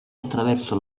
attraverso